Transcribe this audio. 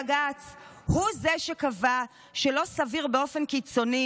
בג"ץ הוא זה שקבע שזה לא סביר באופן קיצוני